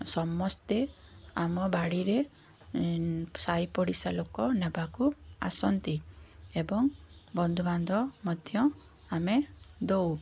ସମସ୍ତେ ଆମ ବାଡ଼ିରେ ସାଇପଡ଼ିଶା ଲୋକ ନେବାକୁ ଆସନ୍ତି ଏବଂ ବନ୍ଧୁବାନ୍ଧବ ମଧ୍ୟ ଆମେ ଦେଉ